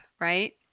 right